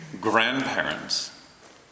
grandparents